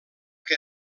que